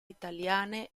italiane